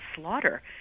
slaughter